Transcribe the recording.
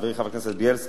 חברי חבר הכנסת בילסקי,